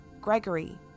Gregory